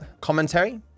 commentary